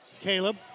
Caleb